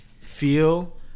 Feel